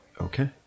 okay